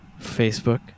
Facebook